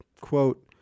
Quote